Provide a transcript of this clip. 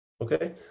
okay